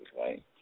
right